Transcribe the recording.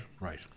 right